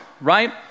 Right